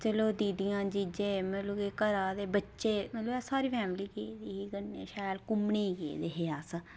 चलो दीदियां जीजे घरै आह्ले सारी फेमिली ही ते सारे घुम्मनै गी गेदे हे अस